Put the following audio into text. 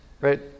right